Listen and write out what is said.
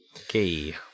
Okay